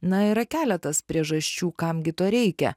na yra keletas priežasčių kam gi to reikia